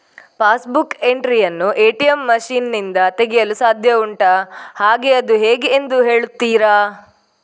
Pass book entry ಯನ್ನು ATM machine ನಿಂದ ತೆಗೆಯಲು ಸಾಧ್ಯ ಉಂಟಾ ಹಾಗೆ ಅದು ಹೇಗೆ ಎಂದು ಹೇಳುತ್ತೀರಾ?